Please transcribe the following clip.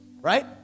Right